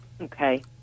Okay